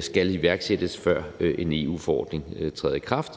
skal iværksættes, før en EU-forordning træder i kraft.